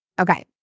Okay